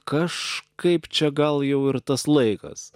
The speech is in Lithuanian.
kažkaip čia gal jau ir tas laikas